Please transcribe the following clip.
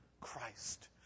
Christ